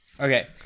okay